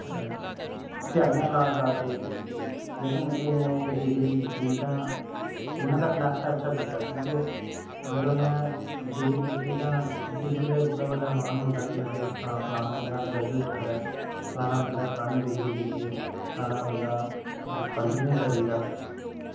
ध्याड़ियां ला दा केईं लेकिन एह् निं ऐ की डिग्री कीती दी तां उनें तां अपने आस्तै अच्छा कीते दा कि के अगर उनें डिग्री कीती तां डिग्री दा इक्क बड़ा बड्डा मान होंदा की भई ऐ तां फलाना बंदा ग्रेजूएट केह्ड़ा ऐ फलाना बंदा फलानी डिग्री कीती दी फलाना बंदा पंद्रमीं करी गेदा